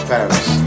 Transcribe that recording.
Paris